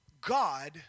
God